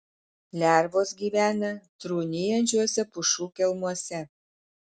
lervos gyvena trūnijančiuose pušų kelmuose